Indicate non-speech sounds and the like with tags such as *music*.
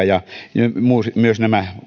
*unintelligible* ja myös nämä *unintelligible*